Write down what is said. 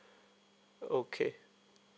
okay